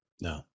No